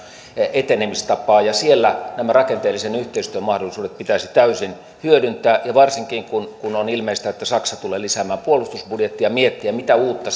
etenemistapaa ja siellä nämä rakenteellisen yhteistyön mahdollisuudet pitäisi täysin hyödyntää ja varsinkin kun kun on ilmeistä että saksa tulee lisäämään puolustusbudjettia niin pitäisi miettiä mitä uutta